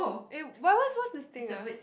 it why why what's this thing ah